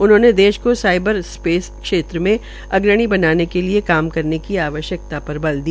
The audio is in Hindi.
उन्होंने देश को साईबर स्पेस क्षेत्रमें अग्रणी बनाने के लिए काम करने की आवश्यक्ता पर बल दिया